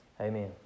Amen